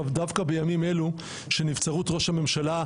דווקא בימים אלה שנבצרות ראש הממשלה,